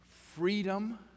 freedom